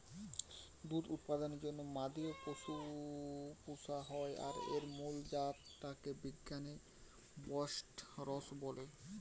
দুধ উৎপাদনের জন্যে মাদি পশু পুশা হয় আর এর মুল জাত টা কে বিজ্ঞানে বস্টরস বলে